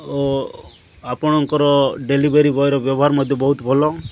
ଓ ଆପଣଙ୍କର ଡେଲିଭରି ବଏର ବ୍ୟବହାର ମଧ୍ୟ ବହୁତ ଭଲ